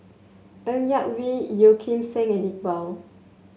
Ng Yak Whee Yeoh Ghim Seng and Iqbal